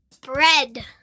Bread